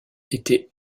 étaient